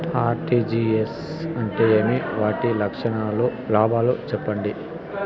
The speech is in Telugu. ఆర్.టి.జి.ఎస్ అంటే ఏమి? వాటి లాభాలు సెప్పండి?